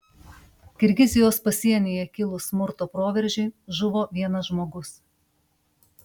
kirgizijos pasienyje kilus smurto proveržiui žuvo vienas žmogus